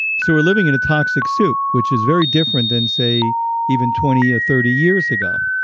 so we're living in a toxic soup, which is very different than say even twenty or thirty years ago.